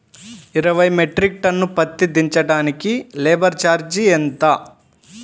ఇరవై metric tonne పత్తి దించటానికి లేబర్ ఛార్జీ ఎంత?